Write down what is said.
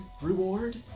reward